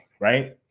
right